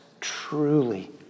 truly